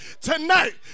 tonight